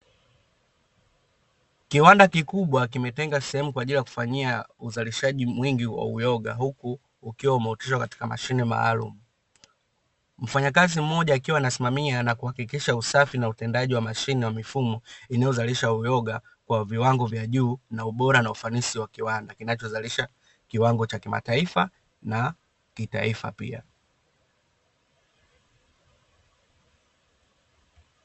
Kiwanda kikubwa kimetenga sehemu kwaajili ya kufanyia uzalishaji mwingi wa uyoga, huku ukiwa umeoteshwa katika mashine maalumu. Mfanyakazi mmoja akiwa anasimamia na kuhakikisha usafi na utendaji wa mashine wa mifumo inayozalisha uyoga, kwa viwango vya juu na ubora na ufanisi wa kiwanda kinachozalisha, kiwango cha kimataifa na kitaifa pia.